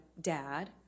dad